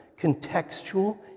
contextual